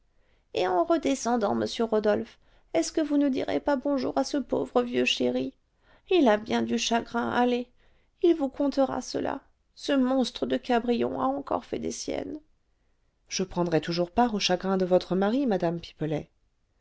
et en redescendant monsieur rodolphe est-ce que vous ne direz pas bonjour à ce pauvre vieux chéri il a bien du chagrin allez il vous contera cela ce monstre de cabrion a encore fait des siennes je prendrai toujours part aux chagrins de votre mari madame pipelet